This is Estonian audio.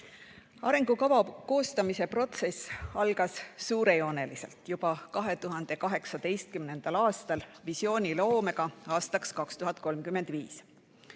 Arengukava koostamise protsess algas suurejooneliselt juba 2018. aastal visiooniloomega aastaks 2035.